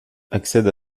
accède